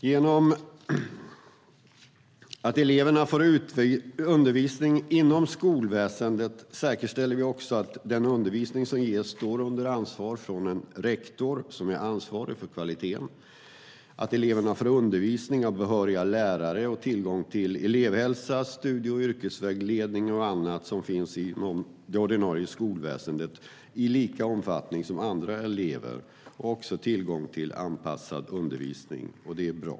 Genom att eleverna får undervisning inom skolväsendet säkerställs att den undervisning som ges står under ansvar från en rektor som är ansvarig för kvaliteten, att dessa elever i samma omfattning som andra elever får undervisning av behöriga lärare samt tillgång till elevhälsa, studie och yrkesvägledning och annat inom det ordinarie skolväsendet samt tillgång till anpassad undervisning. Det är bra.